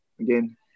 again